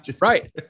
right